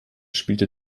spielte